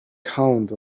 count